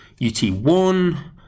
UT1